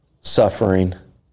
suffering